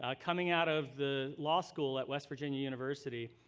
ah coming out of the law school at west virginia university.